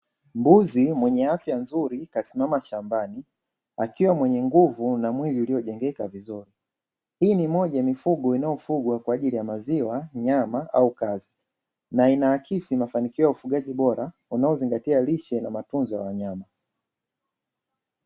Mbuzi mwenye afya nzuri kasimama shambani akiwa mwenye nguvu na mwili uliojengeka vizuri, hii ni moja mifugo inayofugwa kwa ajili ya maziwa nyama au kazi na inaakisi mafanikio ya ufugaji bora unao zingatia lishe na matunzo ya wanyama.